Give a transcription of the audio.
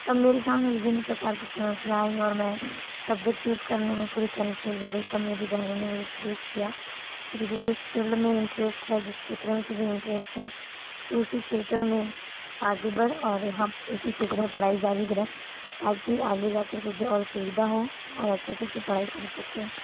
तब मेरे सामने विभिन्न प्रकार की चुनौतियां आई और मैं सब्जेक्ट चूज करने में फिर थोड़ी कंफ्यूज हो गयी तब मेरी बहनों ने मुझे सजेस्ट किया कि तुझे जिस फील्ड में इंटरेस्ट है जिस क्षेत्र में तुझे इंटरेस्ट है तू उसी क्षेत्र में आगे बढ़ और यहाँ उसी क्षेत्र में पढाई जारी रख ताकि आगे जाकर तुझे और सुविधा हो और अच्छे से तुम पढाई कर सको